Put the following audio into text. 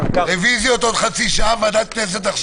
רוויזיות בעוד חצי שעה, ועכשיו לוועדת הכנסת.